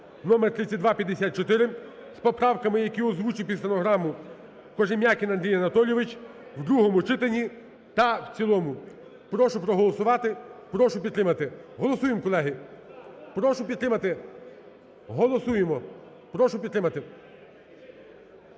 (№ 3254) з поправками, які озвучив під стенограму Кожем'якін Андрій Анатолійович у другому читанні та в цілому. Прошу проголосувати. Прошу підтримати. Голосуємо, колеги. Прошу підтримати. Голосуємо. Прошу підтримати.